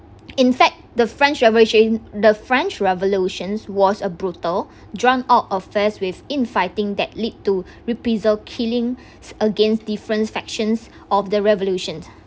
in fact the french revolution the french revolution was a brutal drawn out affair with infighting that lead to reprisal killing against different factions of the revolution